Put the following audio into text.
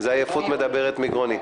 זו העייפות מדברת מגרוני.